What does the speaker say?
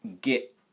get